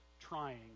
trying